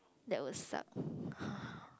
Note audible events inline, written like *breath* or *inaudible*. that will suck *breath*